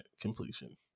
completion